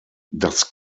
das